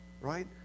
right